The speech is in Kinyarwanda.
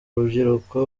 rubyiruko